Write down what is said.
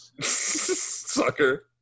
Sucker